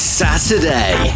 saturday